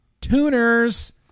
Tuners